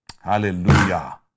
Hallelujah